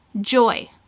joy